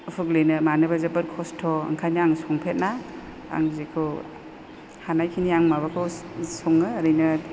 हुग्लिनो मानोबो जोबोद खस्थ' ओंखायनो आं संफेरा आं जेखौ हानायखिनि आं माबाखौ सङो ओरैनो